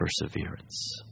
perseverance